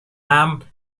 امن